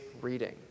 reading